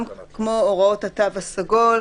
של כל אחד מאלה: משרד הביטחון ויחידות הסמך של משרד הביחון,